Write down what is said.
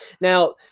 Now